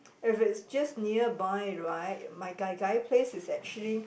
if it's just nearby right my Gai Gai place is actually